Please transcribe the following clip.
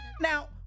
Now